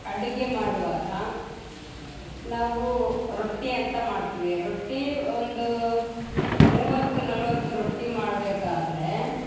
ಅಡಿಗೆ ಮಾಡುವಾಗ ನಾವೂ ರೊಟ್ಟಿ ಅಂತ ಮಾಡ್ತೀವಿ ರೊಟ್ಟಿ ಒಂದು ಮೂವತ್ತು ನಲವತ್ತು ರೊಟ್ಟಿ ಮಾಡಬೇಕಾದ್ರೆ